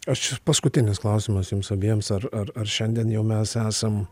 aš paskutinis klausimas jums abiems ar ar ar šiandien jau mes esam